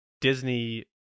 Disney